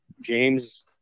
James